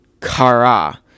kara